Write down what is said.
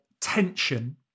tension